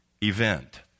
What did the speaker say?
event